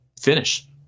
finish